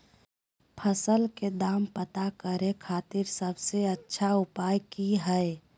फसल के दाम पता करे खातिर सबसे अच्छा उपाय की हय?